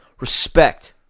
Respect